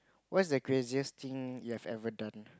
what's the craziest thing you have ever done